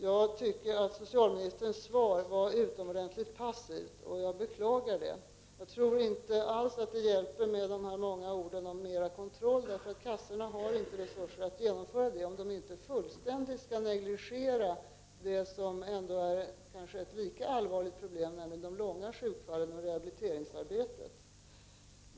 Jag tycker att socialministerns svar var utomordentligt passivt. Jag beklagar det. Jag tror inte alls att det hjälper med mer kontroll. Kassorna har inte resurser att genomföra den, om de inte fullständigt skall negligera det som kanske är ett lika allvarligt problem, nämligen de långa sjukskrivningarna och rehabiliteringsarbetet.